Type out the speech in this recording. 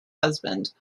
husband